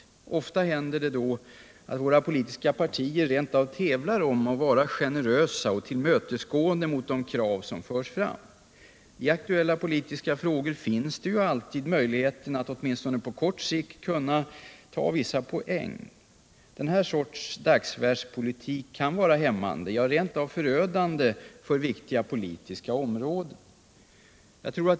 Ofta händer det då att våra politiska partier rent av tävlar om att vara generösa och tillmötesgående mot de krav som förs fram. I aktuella politiska frågor finns ju alltid möjligheten att åtminstone på kort sikt kunna vinna poäng. Denna sorts dagsverkspolitik kan vara hämmande, ja, rent av förödande för vissa politiska områden.